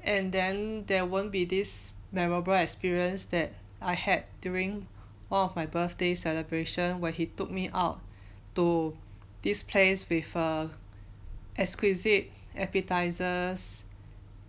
and then there won't be this memorable experience that I had during one of my birthday celebration where he took me out to this place with err exquisite appetisers